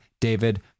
david